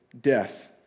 death